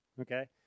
Okay